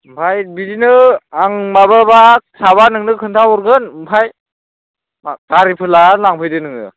आमफ्राय बिदिनो आं माबाबा थाबा नोंनो खोन्थाहरगोन आमफाय गारिफोर लानानै लांफैदो नोङो